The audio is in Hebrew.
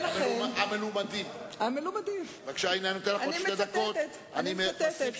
באמת זו ההזדמנות הראשונה שלי שאני נואם ואתה היושב-ראש החדש של